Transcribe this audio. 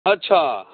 अच्छा